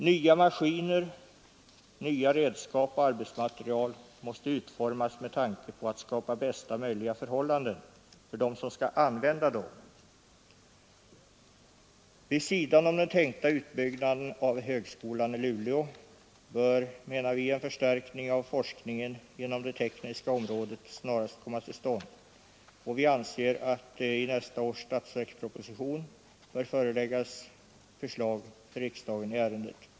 Nya maskiner, redskap och arbetsmateriel måste utformas med tanke på att skapa bästa möjliga förhållanden för dem som skall använda dem. Vid sidan om den tänkta utbyggnaden av högskolan i Luleå bör, menar vi, en förstärkning av forskningen inom det tekniska området snarast komma till stånd, och vi anser att riksdagen i nästa års statsverksproposition bör föreläggas förslag i ärendet.